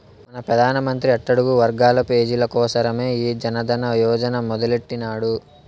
మన పెదానమంత్రి అట్టడుగు వర్గాల పేజీల కోసరమే ఈ జనదన యోజన మొదలెట్టిన్నాడు